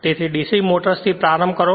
તેથી DC મોટર્સથી પ્રારંભ કરો